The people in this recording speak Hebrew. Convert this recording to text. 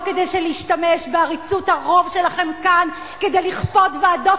לא כדי להשתמש בעריצות הרוב שלכם כאן כדי לכפות ועדות